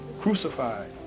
crucified